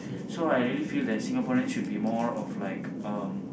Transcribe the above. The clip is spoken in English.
so I really feel that Singaporean should be more of like um